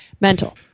Mental